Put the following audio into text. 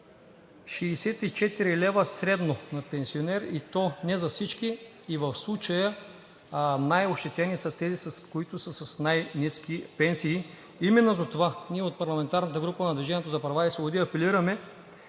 64 лв. средно на пенсионер, и то не за всички, и в случая най-ощетени са тези, които са с най-ниски пенсии. Именно затова от парламентарната група на „Движение за права и свободи“ апелираме: